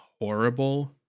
horrible